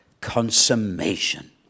Consummation